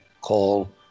call